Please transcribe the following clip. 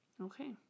Okay